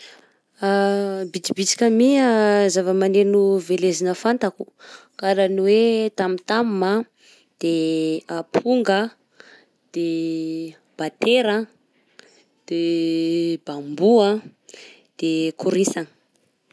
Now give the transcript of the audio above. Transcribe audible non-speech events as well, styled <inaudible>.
<hesitation> Bisinisika mi zava-maneno velezina fantako, karaha ny hoe: tam tam a, de <hesitation> aponga a, de <hesitation> batera a, de <hesitation> bambo a, de <hesitation> korisana.